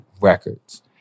records